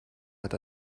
hat